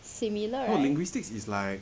similar right